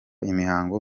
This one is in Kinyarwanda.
imihango